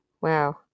Wow